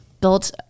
built